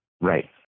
Right